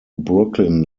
brooklyn